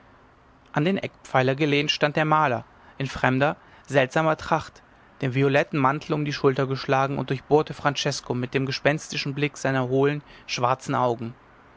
an den eckpfeiler gelehnt stand der maler in fremder seltsamer tracht den violetten mantel um die schulter geschlagen und durchbohrte francesko mit dem gespenstischen blick seiner hohlen schwarzen augen